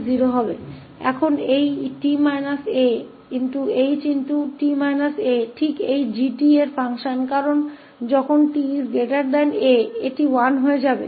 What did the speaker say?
और अब यह 𝑓𝑡 − 𝑎𝐻𝑡 − 𝑎 ठीक यही फ़ंक्शन 𝑔𝑡 है क्योंकि जब 𝑡 𝑎 यह 1 हो जाएगा